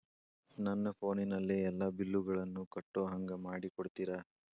ನನ್ನ ಫೋನಿನಲ್ಲೇ ಎಲ್ಲಾ ಬಿಲ್ಲುಗಳನ್ನೂ ಕಟ್ಟೋ ಹಂಗ ಮಾಡಿಕೊಡ್ತೇರಾ?